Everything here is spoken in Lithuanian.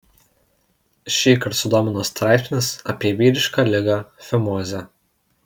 šįkart sudomino straipsnis apie vyrišką ligą fimozę